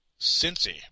Cincy